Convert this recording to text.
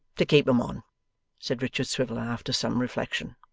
to keep em on said richard swiveller after some reflection.